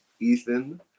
Ethan